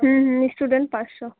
হুম হুম স্টুডেন্ট পাঁচশো